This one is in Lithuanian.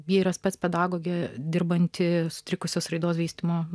vyras pats pedagogė dirbanti sutrikusios raidos vystymo